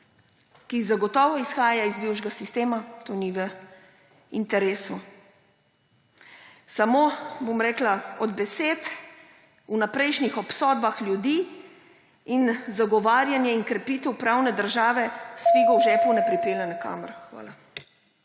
ki zagotovo izhaja iz bivšega sistema, to ni v interesu. Vendar samo besede in vnaprejšnje obsodbe ljudi in zagovarjanje in krepitev pravne države s figo v žepu ne pripeljejo nikamor. Hvala.